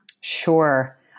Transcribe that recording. Sure